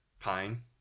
Pine